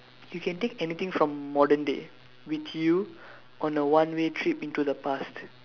you can take anything from modern day with you on a one way trip into the past